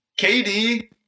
KD